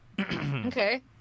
okay